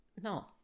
No